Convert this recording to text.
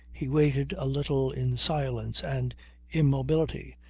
he waited a little in silence and immobility,